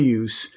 use